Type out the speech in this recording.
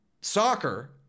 soccer